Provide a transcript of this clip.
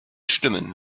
stimmen